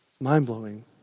Mind-blowing